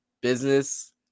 Business